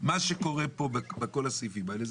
מה שקורה פה בכל הסעיפים האלה,